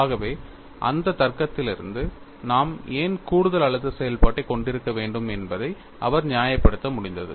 ஆகவே அந்த தர்க்கத்திலிருந்து நாம் ஏன் கூடுதல் அழுத்த செயல்பாட்டைக் கொண்டிருக்க வேண்டும் என்பதை அவர் நியாயப்படுத்த முடிந்தது